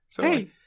Hey